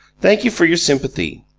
thank you for your sympathy.